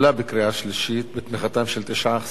בתמיכתם של 20 חברי כנסת,